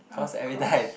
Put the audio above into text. of course